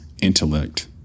intellect